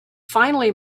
finally